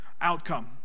outcome